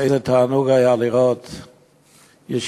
איזה תענוג היה לראות ישיבות,